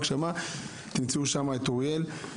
במקומות האלה אתם תמצאו את אוריאל.